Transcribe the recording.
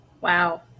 Wow